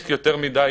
יש יותר מדי,